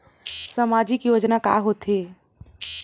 सामाजिक योजना का होथे?